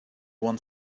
one